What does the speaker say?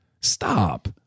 Stop